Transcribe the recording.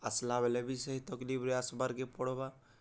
ଆସ୍ଲା ବେଲେ ବି ସେ ସେହି ତକ୍ଲିଫ୍ରେ ଆସ୍ବାର୍କେ ପଡ଼୍ବା